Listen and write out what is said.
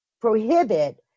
prohibit